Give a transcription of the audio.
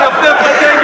יום העצמאות.